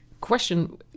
question